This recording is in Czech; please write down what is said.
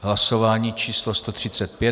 Hlasování číslo 135.